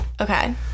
okay